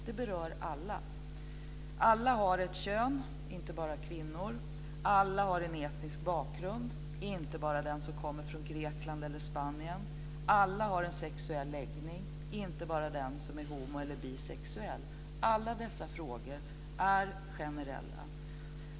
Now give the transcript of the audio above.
Det berör alla. Alla har ett kön, inte bara kvinnor. Alla har en etnisk bakgrund, inte bara den som kommer från Grekland eller Spanien. Alla har en sexuell läggning, inte bara den som är homo eller bisexuell. Alla dessa frågor är generella.